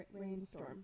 rainstorm